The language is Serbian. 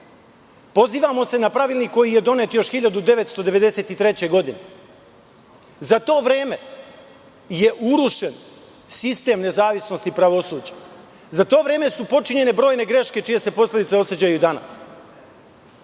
Pozivamo se na Pravilnik koji je donet još 1993. godine.Za to vreme je urušen sistem nezavisnosti pravosuđa. Za to vreme su počinjene brojne greške čije se posledice osećaju i danas.